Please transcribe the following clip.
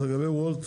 לגבי וולט,